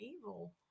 evil